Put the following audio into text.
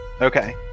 Okay